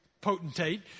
potentate